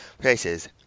places